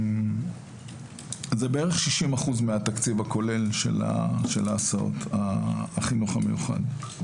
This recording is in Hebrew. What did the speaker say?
זה בערך 60% מהתקציב הכולל של הסעות החינוך המיוחד.